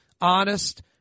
Honest